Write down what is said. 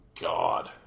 god